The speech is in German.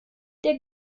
der